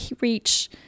reach